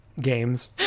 games